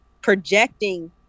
projecting